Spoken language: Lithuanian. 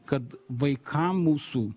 kad vaikam mūsų